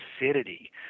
acidity